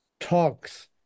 talks